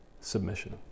submission